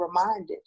reminded